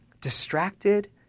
Distracted